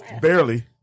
Barely